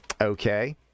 Okay